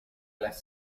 las